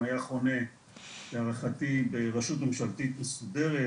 אם היתה רשות ממשלתית מסודרת,